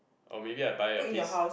or maybe I buy a piece